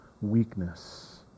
weakness